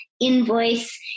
invoice